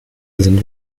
sind